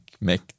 make